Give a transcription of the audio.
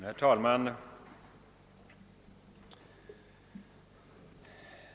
Herr talman!